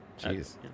Jeez